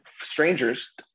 strangers